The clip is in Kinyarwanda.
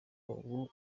ubu